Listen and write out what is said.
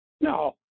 no